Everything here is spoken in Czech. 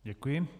Děkuji.